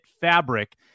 fabric